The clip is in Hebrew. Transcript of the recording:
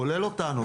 כולל אותנו,